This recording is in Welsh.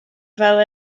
fel